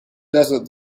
desert